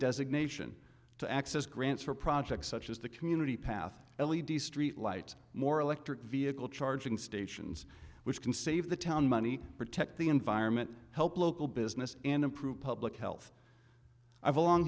designation to access grants for projects such as the community path l e d street lights more electric vehicle charging stations which can save the town money protect the environment help local business and improve public health i've a long